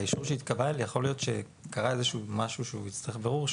האישור שהתקבל יכול להיות שקרה איזה שהוא משהו שהוא יצטרך בירור,